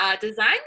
design